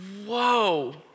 whoa